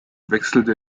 wechselte